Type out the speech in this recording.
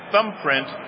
thumbprint